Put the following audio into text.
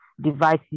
device